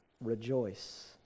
rejoice